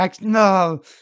No